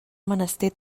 menester